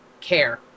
care